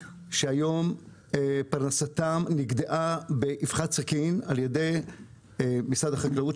שהיום פרנסתם נגדעה באבחת סכין על ידי משרד החקלאות,